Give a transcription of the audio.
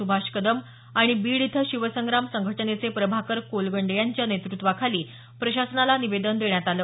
सुभाष कदम बीड इथं शिवसंग्राम संघटनेचे प्रभाकर कोलंगडे यांच्या नेतृत्वाखाली प्रशासनाला निवेदन देण्यात आलं